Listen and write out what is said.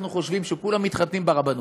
אנחנו חושבים שכולם מתחתנים ברבנות,